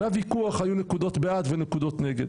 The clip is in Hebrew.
והיה ויכוח, היו נקודות בעד ונקודות נגד.